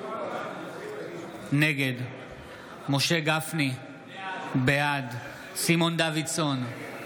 נגד משה גפני, בעד סימון דוידסון,